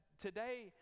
today